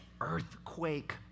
Earthquake